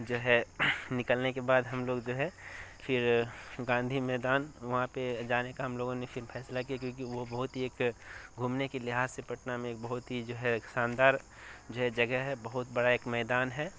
جو ہے نکلنے کے بعد ہم لوگ جو ہے پھر گاندھی میدان وہاں پہ جانے کا ہم لوگوں نے پھر فیصلہ کیا کیونکہ وہ بہت ہی ایک گھومنے کے لحاظ سے پٹنہ میں ایک بہت ہی جو ہے شاندار جو ہے جگہ ہے بہت بڑا ایک میدان ہے